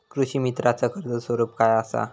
कृषीमित्राच कर्ज स्वरूप काय असा?